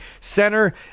Center